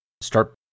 start